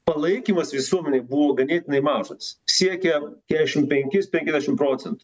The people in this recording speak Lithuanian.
palaikymas visuomenėj buvo ganėtinai mažas siekė kedešim penkis penkiasdešim procentų